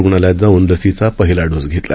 रुग्णालयात जाऊन लसीचा पहिला डोस घेतला